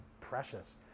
precious